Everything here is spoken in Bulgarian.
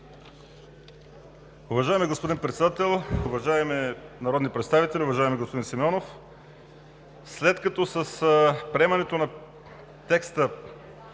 Уважаеми господин Председател, уважаеми народни представители, уважаеми господин Симеонов! След като с приемането на текста